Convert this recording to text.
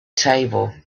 table